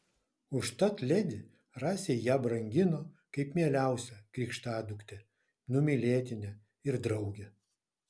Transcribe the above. užtat ledi rasei ją brangino kaip mieliausią krikštaduktę numylėtinę ir draugę